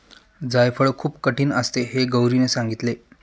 जायफळ खूप कठीण असते हे गौरीने सांगितले